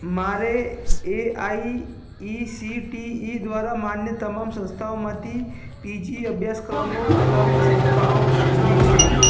મારે એ A I C T E દ્વારા માન્ય તમામ સંસ્થાઓમાંથી પી જી અભ્યાસક્રમો ચલાવતી સંસ્થાઓ શોધવી છે